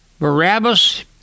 Barabbas